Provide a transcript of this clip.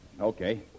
Okay